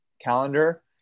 calendar